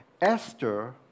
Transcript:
Esther